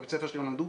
בבית הספר שהם למדו,